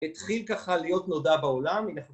התחיל ככה להיות נודע בעולם